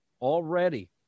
already